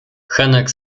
henek